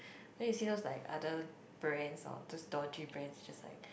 then you see those like other brands or just dodgy brands just like